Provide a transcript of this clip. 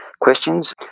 questions